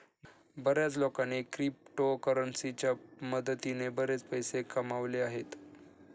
बर्याच लोकांनी क्रिप्टोकरन्सीच्या मदतीने बरेच पैसे कमावले आहेत